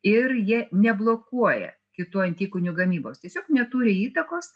ir jie neblokuoja kitų antikūnių gamybos tiesiog neturi įtakos